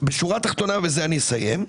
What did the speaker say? בשורה התחתונה ובזה אני אסיים,